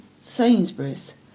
Sainsbury's